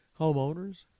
homeowners